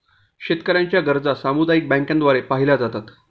शेतकऱ्यांच्या गरजा सामुदायिक बँकांद्वारे पाहिल्या जातात